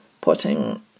putting